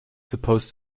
supposed